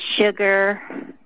sugar